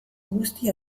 guzti